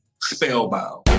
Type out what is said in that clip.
Spellbound